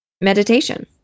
Meditation